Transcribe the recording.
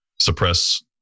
suppress